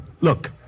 Look